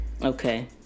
okay